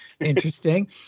Interesting